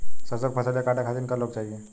सरसो के फसलिया कांटे खातिन क लोग चाहिए?